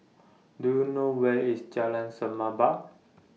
Do YOU know Where IS Jalan Semerbak